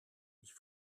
ich